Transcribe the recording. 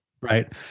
Right